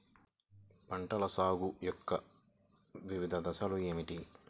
పంటల సాగు యొక్క వివిధ దశలు ఏమిటి?